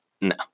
No